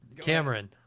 Cameron